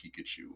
Pikachu